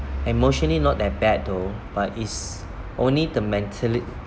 emotionally not that bad though but it's only the